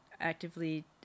actively